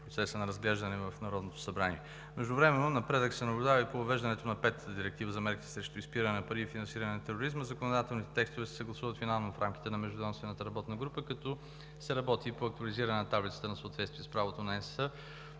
на разглеждане в Народното събрание. Междувременно, напредък се наблюдава и по въвеждането на петата директива за мерките срещу изпиране на пари и финансиране на тероризма. Законодателните текстове се съгласуват финално в рамките на междуведомствената работна група, като се работи и по актуализирането на таблицата на съответствие с правото на